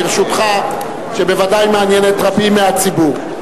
שבוודאי מעניינת רבים מהציבור.